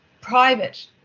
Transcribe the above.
private